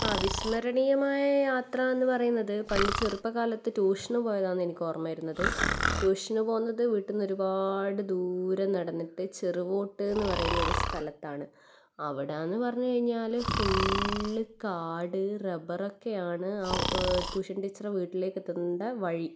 അവിസ്മരണീയമായ യാത്ര എന്ന് പറയുന്നത് പണ്ട് ചെറുപ്പകാലത്ത് ട്യൂഷന് പോയതാണ് എനിക്ക് ഓർമ്മ വരുന്നത് ട്യൂഷന് പോകുന്നത് വീട്ടിൽ നിന്ന് ഒരുപാട് ദൂരെ നടന്നിട്ട് ചെറുകോട്ട് എന്ന് പറയുന്ന ഒരു സ്ഥലത്താണ് അവിടെ എന്ന് പറഞ്ഞ് കഴിഞ്ഞാൽ ഫുൾ കാട് റബ്ബർ ഒക്കെയാണ് ആ ട്യൂഷൻ ടീച്ചറിൻ്റെ വീട്ടിലേക്കെത്തേണ്ട വഴി